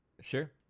Sure